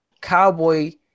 cowboy